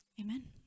Amen